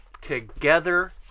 together